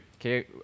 okay